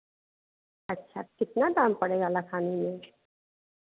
अच्छा कितना दाम पड़ेगा लखानी ये